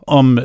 om